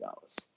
goes